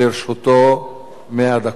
לרשותו 100 דקות.